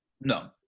No